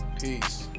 Peace